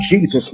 Jesus